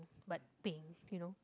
but peng you know